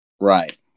right